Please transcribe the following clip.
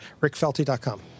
rickfelty.com